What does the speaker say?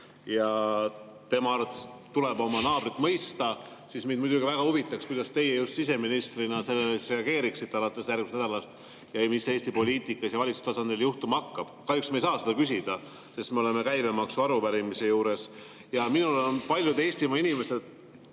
ja tema arvates tuleb oma naabrit mõista. Mind muidugi väga huvitaks, kuidas teie siseministrina sellele reageeriksite alates järgmisest nädalast ja mis Eesti poliitikas ja valitsuse tasandil juhtuma hakkab. Kahjuks ma ei saa seda küsida, sest me oleme käibemaksu arupärimise juures. Paljud Eestimaa inimesed